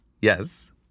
Yes